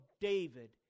David